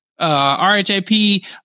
RHAP